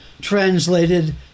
translated